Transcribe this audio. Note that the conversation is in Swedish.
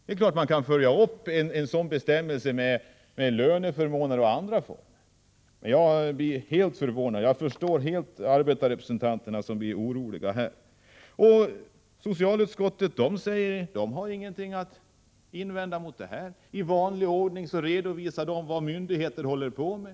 Det är klart att man kan följa upp en sådan bestämmelse med löneförmåner m.m. Men jag är mycket förvånad och förstår helt arbetarrepresentanterna som blir oroliga. Socialutskottet har ingenting att invända mot detta. I vanlig ordning redovisar utskottet vad myndigheter håller på med.